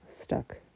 stuck